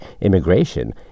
immigration